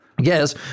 Yes